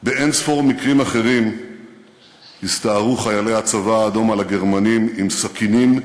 באין-ספור מקרים אחרים הסתערו חיילי הצבא האדום על הגרמנים עם סכינים,